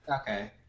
Okay